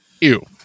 Ew